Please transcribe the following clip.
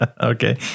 okay